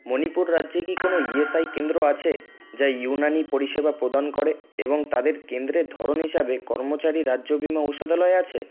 মণিপুর রাজ্যে কি কোনও ইএসআইসি কেন্দ্র আছে যা ইউনানি পরিষেবা প্রদান করে এবং তাদের কেন্দ্রের ধরন হিসাবে কর্মচারী রাজ্য বিমা ঔষধালয় আছে